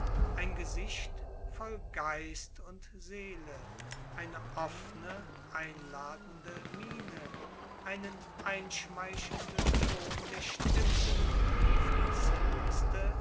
ein gesicht voll geist und seele eine offne einladende miene einen einschmeichelnden ton der stimme die fließendste